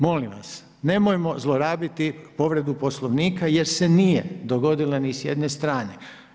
Molim vas nemojmo zlorabiti povredu Poslovnika jer se nije dogodila ni s jedne strane.